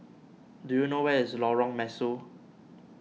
do you know where is Lorong Mesu